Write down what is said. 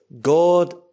God